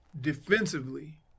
defensively